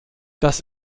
das